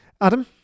adam